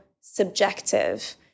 subjective